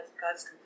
God's